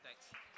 Thanks